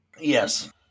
Yes